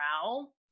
growl